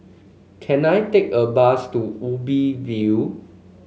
can I take a bus to Ubi View